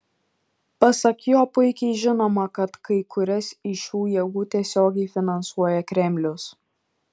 pasak jo puikiai žinoma kad kai kurias iš šių jėgų tiesiogiai finansuoja kremlius